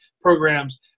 programs